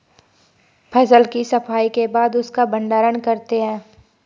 फसल की सफाई के बाद उसका भण्डारण करते हैं